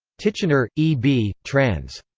titchener, e b, trans.